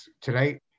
tonight